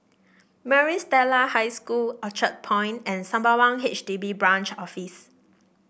Maris Stella High School Orchard Point and Sembawang H D B Branch Office